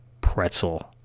Pretzel